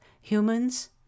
humans